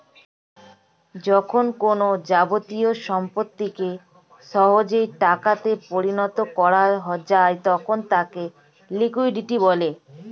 যখন কোনো যাবতীয় সম্পত্তিকে সহজেই টাকা তে পরিণত করা যায় তখন তাকে লিকুইডিটি বলে